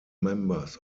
members